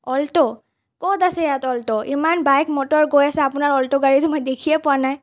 alt' ক'ত আছে ইয়াত অল্ট' ইমান বাইক মটৰ গৈ আছে আপোনাৰ অ'ল্ট গাড়ী তো মই দেখিয়ে পোৱা নাই